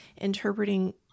interpreting